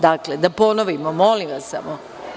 Dakle, da ponovimo, molim vas samo…